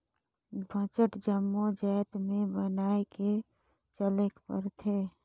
budget जम्मो जाएत में बनाए के चलेक परथे